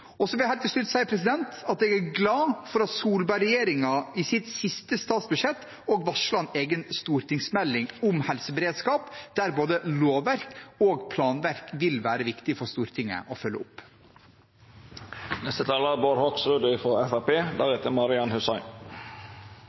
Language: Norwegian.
Helt til slutt vil jeg si at jeg er glad for at Solberg-regjeringen i sitt siste statsbudsjett også varslet en egen stortingsmelding om helseberedskap, der både lovverk og planverk vil være viktig for Stortinget å følge opp. Jeg vil takke forslagsstillerne for dette viktige forslaget. Det er